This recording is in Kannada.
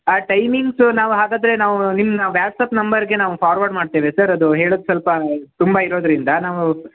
ಆ ಟೈಮಿಂಗ್ಸು ನಾವು ಹಾಗಾದರೆ ನಾವು ನಿಮ್ಮನ್ನ ವ್ಯಾಟ್ಸ್ಅಪ್ ನಂಬರಿಗೆ ನಾವು ಫಾರ್ವರ್ಡ್ ಮಾಡ್ತೇವೆ ಸರ್ ಅದು ಹೇಳುದು ಸ್ವಲ್ಪ ತುಂಬ ಇರೋದರಿಂದ ನಾವು